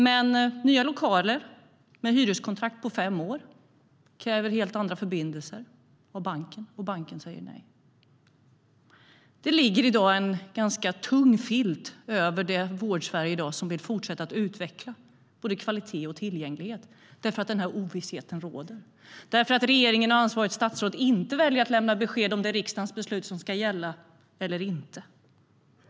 Men nya lokaler med hyreskontrakt på fem år kräver helt andra förbindelser för banken, och banken säger nej. Det ligger i dag en ganska tung filt över det Vårdsverige som vill fortsätta att utveckla både kvalitet och tillgänglighet eftersom denna ovisshet råder. Regeringen och ansvarigt statsråd väljer att inte lämna besked om det är riksdagens beslut som ska gälla eller inte.